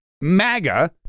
MAGA